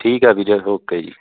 ਠੀਕ ਹੈ ਵੀਰੇ ਓਕੇ ਜੀ